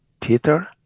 theater